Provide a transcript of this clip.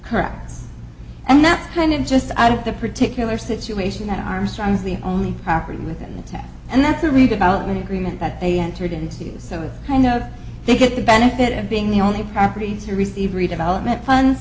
car and that kind of just out of the particular situation that armstrong is the only property within the town and that's a redevelopment agreement that they entered into so i know they get the benefit of being the only property to receive redevelopment fun